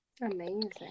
Amazing